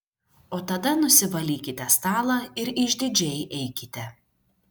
o tada nusivalykite stalą ir išdidžiai eikite